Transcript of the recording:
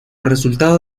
resultado